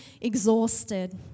exhausted